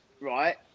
right